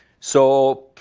so